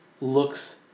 looks